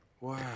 Wow